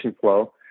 flow